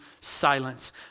silence